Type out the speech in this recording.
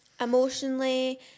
Emotionally